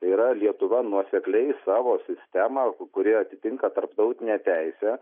tai yra lietuva nuosekliai savo sistemą kuri atitinka tarptautinę teisę